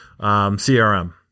CRM